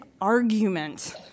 argument